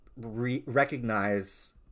recognize